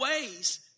ways